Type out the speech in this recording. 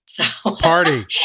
Party